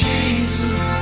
Jesus